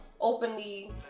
openly